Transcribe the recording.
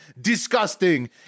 Disgusting